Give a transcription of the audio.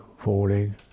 falling